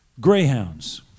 Greyhounds